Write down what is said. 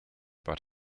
but